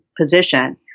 position